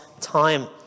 time